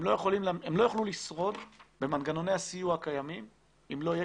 הם לא יוכלו לשרוד במנגנוני הסיוע הקיימים אם לא יהיה